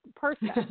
person